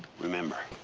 remember,